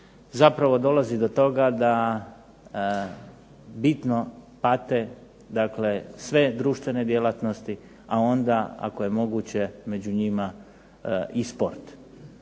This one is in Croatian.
zapravo dolazi do toga da bitno pate dakle sve društvene djelatnosti, a onda ako je moguće među njima i sport.